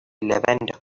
levanter